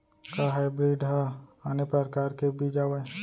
का हाइब्रिड हा आने परकार के बीज आवय?